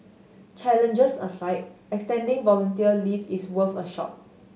challenges aside extending volunteer leave is worth a shot